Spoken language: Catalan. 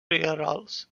rierols